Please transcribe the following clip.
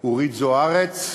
אורית זוארץ,